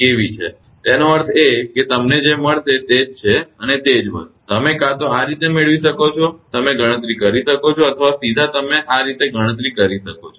તેથી તેનો અર્થ એ છે કે તમને જે મળશે તે જ છે અને તે જ વસ્તુ તમે કાં તો આ રીતે મેળવી શકો છો તમે ગણતરી કરી શકો છો અથવા સીધા તમે આ રીતે ગણતરી કરી શકો છો